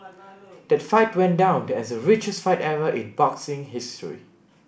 that fight went down as the richest fight ever in boxing history